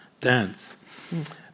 Dance